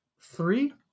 three